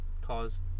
caused